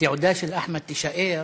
התעודה של אחמד תישאר,